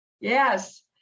Yes